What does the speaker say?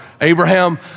Abraham